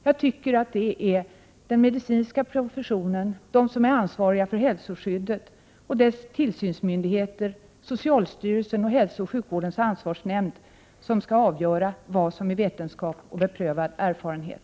Jag tycker att det är den medicinska professionen som är ansvarig för hälsoskyddet och dess tillsynsmyndigheter, socialstyrelsen och hälsooch sjukvårdens ansvarsnämnd, som skall avgöra vad som är vetenskap och beprövad erfarenhet.